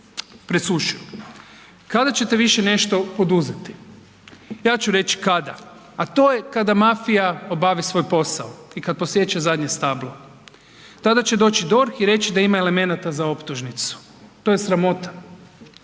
Kada će te više nešto poduzeti? Ja ću reći kada, a to je kada mafija obavi svoj posao, i kad posječe zadnje stablo. Tada će doći DORH i reći da ima elemenata za optužnicu. To je sramota.